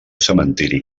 cementiri